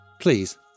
please